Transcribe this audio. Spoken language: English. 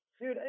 dude